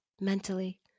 mentally